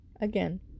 again